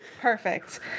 Perfect